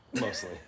Mostly